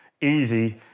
easy